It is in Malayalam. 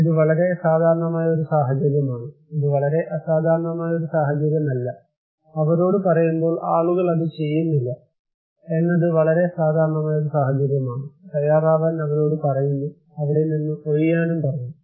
ഇത് വളരെ സാധാരണമായ ഒരു സാഹചര്യമാണ് ഇത് വളരെ അസാധാരണമായ ഒരു സാഹചര്യമല്ല അവരോട് പറയുമ്പോൾ ആളുകൾ അത് ചെയ്യുന്നില്ല എന്നത് വളരെ സാധാരണമായ ഒരു സാഹചര്യമാണ് തയ്യാറാവാൻ അവരോട് പറയുന്നു അവിടെനിന്ന് ഒഴിയാനും പറഞ്ഞു